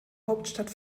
hauptstadt